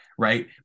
Right